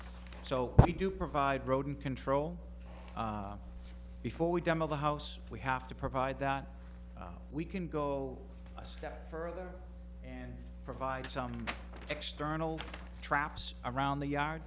so we do provide rodent control before we demo the house we have to provide that we can go a step further and provide some external traps around the yard